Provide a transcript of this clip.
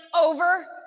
over